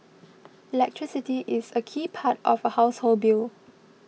electricity is a key part of a household bill